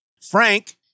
Frank